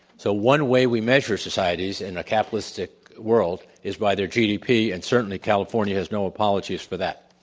so one way we measure societies in a capitalistic world, is by their gdp and certainly california has no apologies for that.